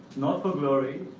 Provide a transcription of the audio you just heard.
not for glory,